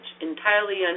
entirely